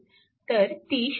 तर ती 0